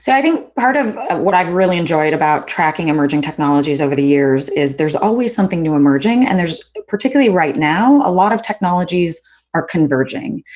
so i think part of what i really enjoyed about tracking emerging technologies over the years is there's always something new emerging, and particularly right now, a lot of technologies are converging.